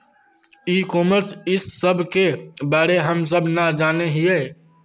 ई commerce इस सब के बारे हम सब ना जाने हीये?